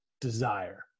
desire